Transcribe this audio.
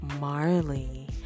Marley